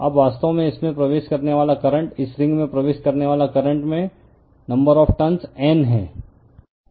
अब वास्तव में इसमें प्रवेश करने वाला करंट इस रिंग में प्रवेश करने वाले करंट में नंबर ऑफ़ टर्न N है